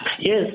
Yes